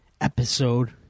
episode